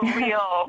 real